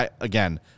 again